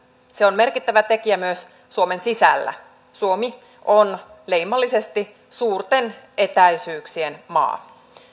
se on merkittävä tekijä myös suomen sisällä suomi on leimallisesti suurten etäisyyksien maa